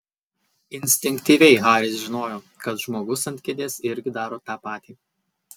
instinktyviai haris žinojo kad žmogus ant kėdės irgi daro tą patį